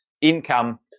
income